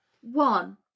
one